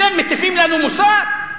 אתם מטיפים לנו מוסר?